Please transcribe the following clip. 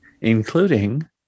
Including